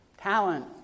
talent